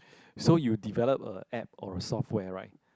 so you develop a app or software right